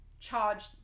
charge